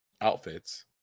outfits